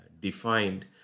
defined